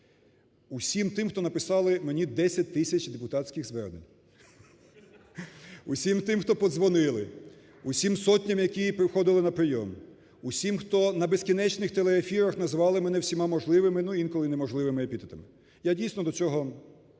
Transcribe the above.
Усім тим, хто написали мені 10 тисяч депутатських звернень, усім тим, хто подзвонили, усім сотням, які приходили на прийом, усім, хто на безкінечних телеефірах назвали мене всіма можливими, ну, інколи і неможливими епітетами. Я дійсно до цього